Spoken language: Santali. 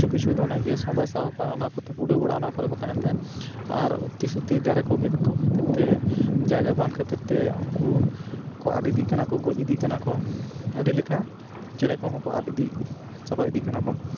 ᱠᱤᱪᱷᱩ ᱠᱤᱪᱷᱩ ᱫᱚ ᱚᱱᱟ ᱜᱮᱥ ᱦᱚᱸ ᱵᱟᱭ ᱥᱟᱦᱟᱣ ᱠᱚᱣᱟ ᱚᱱᱟ ᱠᱚᱛᱮ ᱠᱚ ᱩᱰᱟᱹᱣ ᱵᱟᱲᱟᱜᱼᱟ ᱚᱱᱟ ᱠᱚᱨᱮ ᱠᱚ ᱛᱟᱦᱮᱱ ᱛᱟᱦᱮᱫ ᱟᱨ ᱩᱛᱤ ᱥᱩᱛᱤ ᱫᱟᱨᱮ ᱠᱚ ᱜᱮᱫ ᱠᱚ ᱠᱷᱟᱹᱛᱤᱨ ᱛᱮ ᱡᱟᱭᱜᱟ ᱵᱟᱝ ᱠᱷᱟᱹᱛᱤᱨ ᱛᱮ ᱩᱱᱠᱩ ᱠᱚ ᱟᱫ ᱤᱫᱤᱜ ᱠᱟᱱᱟ ᱠᱚ ᱜᱚᱡ ᱤᱫᱤᱜ ᱠᱟᱱᱟ ᱠᱚ ᱟᱹᱰᱤ ᱞᱮᱠᱟ ᱪᱮᱬᱮ ᱠᱚᱦᱚᱸ ᱠᱚ ᱟᱫ ᱤᱫᱤ ᱪᱟᱵᱟ ᱤᱫᱤᱜ ᱠᱟᱱᱟ ᱠᱚ